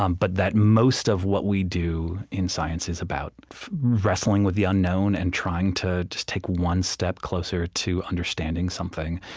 um but that most of what we do in science is about wrestling with the unknown and trying to just take one step closer to understanding something.